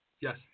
Yes